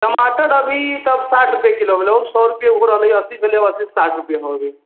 टमाटर अभीसब साठि रुपैए किलो भेलौ सओ रुपैए ओहो रहलैए अस्सी भेलौ अस्सीसँ साठि रुपैए हौ अभी